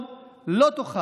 לא,